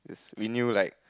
we knew like